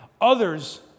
others